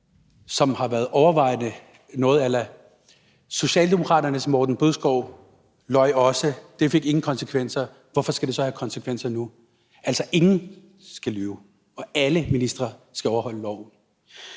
Det har overvejende været noget a la det her: Socialdemokraternes Morten Bødskov løj også; det fik ingen konsekvenser; hvorfor skal det så have konsekvenser nu? Altså, ingen skal lyve, og alle ministre skal overholde loven.